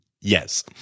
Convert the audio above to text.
Yes